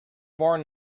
born